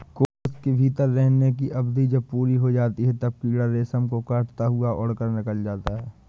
कोश के भीतर रहने की अवधि जब पूरी हो जाती है, तब कीड़ा रेशम को काटता हुआ निकलकर उड़ जाता है